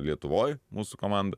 lietuvoj mūsų komanda